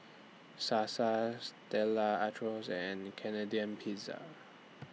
Sasa Stella Artois and Canadian Pizza